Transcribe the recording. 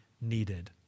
needed